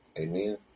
Amen